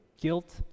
guilt